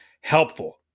helpful